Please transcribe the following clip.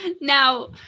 Now